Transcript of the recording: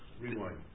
Rewind